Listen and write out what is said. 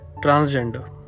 transgender